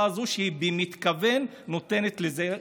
הזאת שהיא במתכוון נותנת לזה להתרחש.